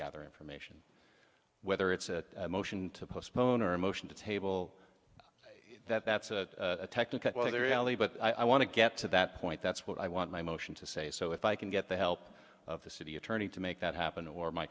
gather information whether it's a motion to postpone or a motion to table that that's a technicality really but i want to get to that point that's what i want my motion to say so if i can get the help of the city attorney to make that happen or my